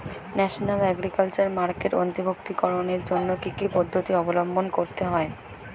National agriculture মার্কেটে অন্তর্ভুক্তিকরণের জন্য কি কি পদ্ধতি অবলম্বন করতে হয়?